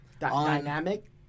dynamic